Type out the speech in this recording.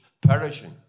perishing